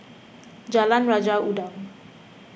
Jalan Raja Udang